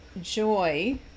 joy